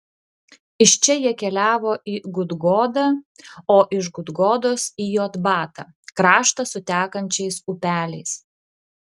iš čia jie keliavo į gudgodą o iš gudgodos į jotbatą kraštą su tekančiais upeliais